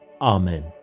Amen